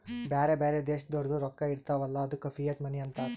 ಬ್ಯಾರೆ ಬ್ಯಾರೆ ದೇಶದೋರ್ದು ರೊಕ್ಕಾ ಇರ್ತಾವ್ ಅಲ್ಲ ಅದ್ದುಕ ಫಿಯಟ್ ಮನಿ ಅಂತಾರ್